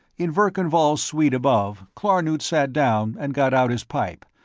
in verkan vall's suite, above, klarnood sat down and got out his pipe,